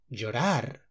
Llorar